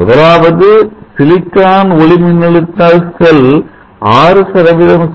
முதலாவது சிலிக்கான் ஒளிமின்னழுத்த செல் 6